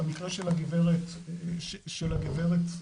והמקרה של הגברת ג'וליין.